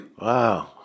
Wow